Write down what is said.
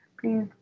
Please